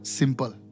simple